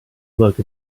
look